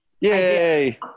Yay